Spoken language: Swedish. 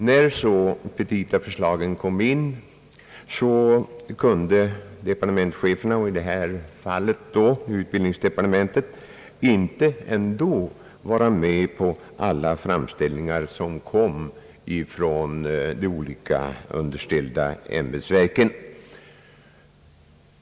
När förslagen kom in kunde departementscheferna, och i detta fall chefen för utbildningsdepartementet, ändå inte godta alla framställningar som gjordes av de olika underställda ämbetsverken.